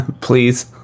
please